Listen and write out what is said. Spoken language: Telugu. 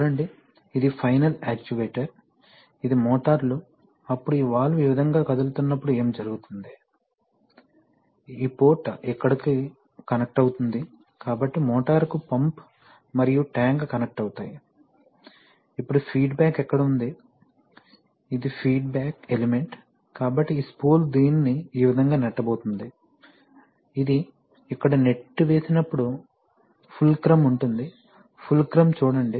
చూడండిఇది ఫైనల్ యాక్యుయేటర్ ఇది మోటార్లు అప్పుడు ఈ వాల్వ్ ఈ విధంగా కదులుతున్నప్పుడు ఏమి జరుగుతుంది ఈ పోర్ట్ ఇక్కడకు కనెక్ట్ అవుతుంది కాబట్టి మోటారుకు పంప్ మరియు ట్యాంక్ కనెక్ట్ అవుతాయి ఇప్పుడు ఫీడ్బ్యాక్ ఎక్కడ ఉంది ఇది ఫీడ్బ్యాక్ ఎలిమెంట్ కాబట్టి ఈ స్పూల్ దీనిని ఈ విధంగా నెట్టబోతోంది ఇది ఇక్కడ నెట్టివేసినప్పుడు ఫుల్క్రమ్ ఉంటుంది ఫుల్క్రమ్ చూడండి